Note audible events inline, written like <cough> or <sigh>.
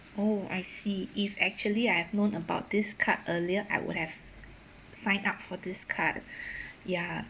oh I see if actually I have known about this card earlier I would have signed up for this card <breath> ya